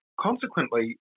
Consequently